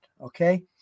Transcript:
Okay